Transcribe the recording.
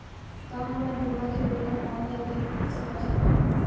का हमर बीमा के विवरण ऑनलाइन देख सकथन?